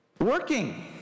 working